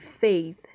faith